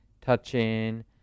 touching